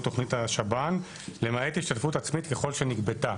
תכנית השב"ן למעט השתתפות עצמית ככל שנגבתה